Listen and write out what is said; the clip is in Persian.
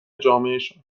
جامعهشان